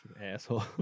asshole